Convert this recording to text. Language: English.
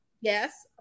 yes